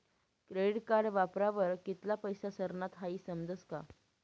credit card वापरावर कित्ला पैसा सरनात हाई समजस का